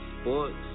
sports